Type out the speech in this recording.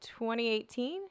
2018